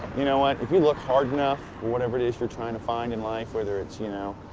you know what, if you look hard enough for whatever it is you're trying to find in life, whether it's, you know,